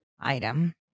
item